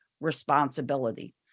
responsibility